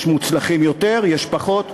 יש מוצלחים יותר ויש פחות.